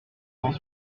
cent